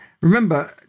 remember